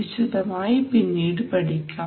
വിശദമായി പിന്നീട് പഠിക്കാം